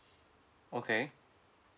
okay